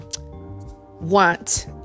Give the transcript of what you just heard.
want